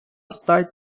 стать